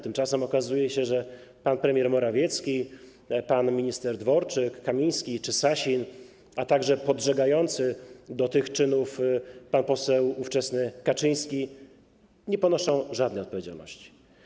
Tymczasem okazuje się, że pan premier Morawiecki, pan minister Dworczyk, Kamiński czy Sasin, a także podżegający do tych czynów pan poseł ówczesny Kaczyński nie ponoszą żadnej odpowiedzialności.